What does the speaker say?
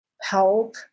help